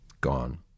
gone